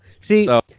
See